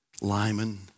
Lyman